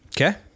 Okay